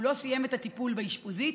הוא לא סיים את הטיפול באשפוזית,